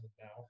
now